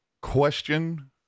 question